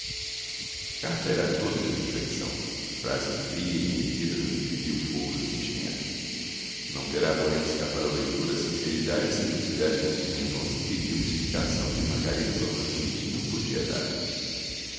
era toda de reflexão a frase fria e medida não exprimia o fogo do sentimento não terá porém escapado ao leitor a sinceridade e a simplicidade com que mendonça pedia uma explicação que margarida provavelmente não podia dar